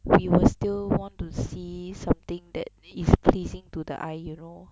we will still want to see something that is pleasing to the eye you know